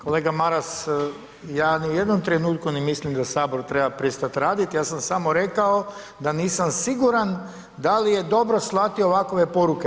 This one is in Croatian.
Kolega Maras, ja ni u jednom trenutku ne mislim da sabor treba prestat radit, ja sam samo rekao da nisam siguran da li je dobro slati ovakve poruke.